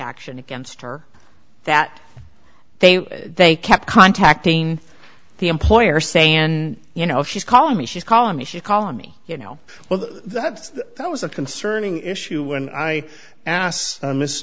action against her that they they kept contacting the employer saying and you know she's calling me she's calling me she's calling me you know well that's the that was a concerning issue when i asked miss